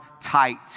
tight